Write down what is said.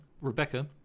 Rebecca